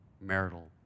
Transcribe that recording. marital